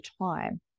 time